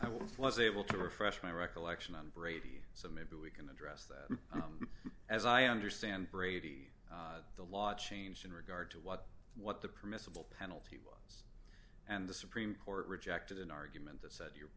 less able to refresh my recollection on brady so maybe we can address that as i understand brady the law changed in regard to what what the permissible penalty was and the supreme court rejected an argument that said you